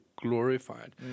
glorified